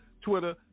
Twitter